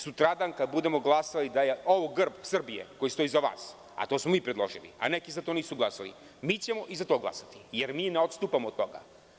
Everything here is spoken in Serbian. Sutradan kad budemo glasali da je ovo grb Srbije, koji stoji iza vas, a to smo mi predložili, neki za to nisu glasali, mi ćemo i za to glasati, jer mi ne odstupamo od toga.